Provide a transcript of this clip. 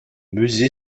musée